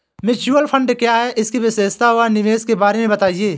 Mutual fund क्या है इसकी विशेषता व निवेश के बारे में बताइये?